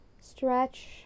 Stretch